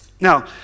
Now